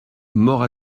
mort